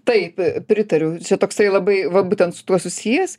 taip pritariu čia toksai labai va būtent su tuo susijęs